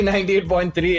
98.3